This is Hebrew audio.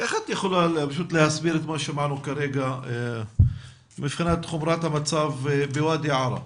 איך את יכולה להסביר את מה ששמענו כרגע מבחינת חומרת המצב בוואדי עארה.